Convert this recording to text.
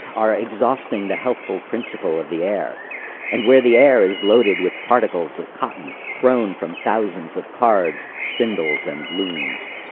are exhausting the healthful principle of the air and where the air is loaded with particles of cotton thrown from thousands of cards, spindles, and looms.